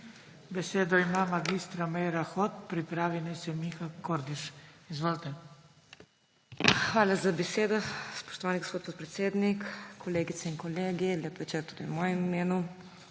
Hvala za besedo, spoštovani gospod podpredsednik. Kolegice in kolegi, lep večer tudi v mojem imenu!